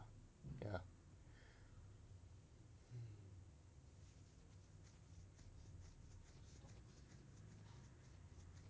ya